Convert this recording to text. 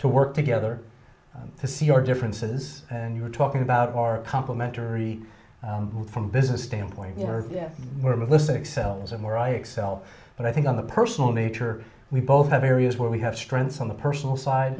to work together to see our differences and you're talking about our complimentary from business standpoint where melissa excels and where i excel but i think on the personal nature we both have areas where we have strengths on the personal side